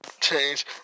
change